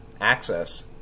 access